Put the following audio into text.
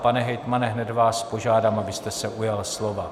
Pane hejtmane, hned vás požádám, abyste se ujal slova.